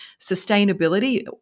sustainability